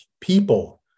people